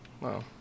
Wow